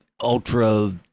ultra